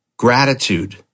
Gratitude